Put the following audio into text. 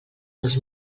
dos